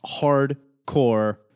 hardcore